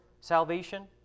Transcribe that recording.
salvation